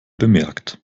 bemerkt